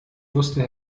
wusste